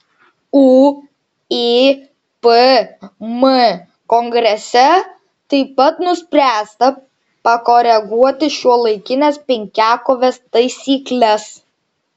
uipm kongrese taip pat nuspręsta pakoreguoti šiuolaikinės penkiakovės taisykles